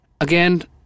again